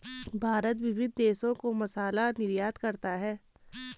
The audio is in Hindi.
भारत विभिन्न देशों को मसाला निर्यात करता है